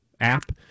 app